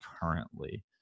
currently